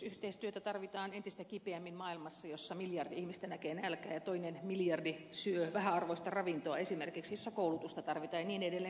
kehitysyhteistyötä tarvitaan entistä kipeämmin maailmassa jossa miljardi ihmistä näkee nälkää ja toinen miljardi syö vähäarvoista ravintoa esimerkiksi jossa koulutusta tarvitaan ja niin edelleen